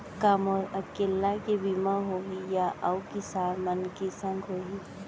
का मोर अकेल्ला के बीमा होही या अऊ किसान मन के संग होही?